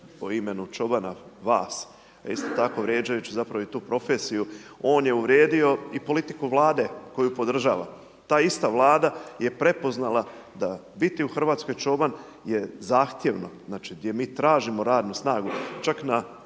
po imenu čobana, vas, a isto vrijeđajući zapravo i tu profesiju, on je uvrijedio i politiku Vlade koju podržava. Ta ista Vlada je prepoznala da biti u RH čoban je zahtjevno. Znači, gdje mi tražimo radnu snagu, čak na